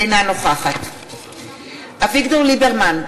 אינה נוכחת אביגדור ליברמן,